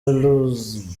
luv